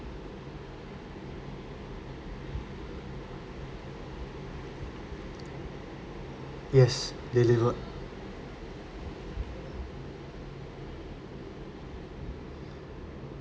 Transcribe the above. yes delivered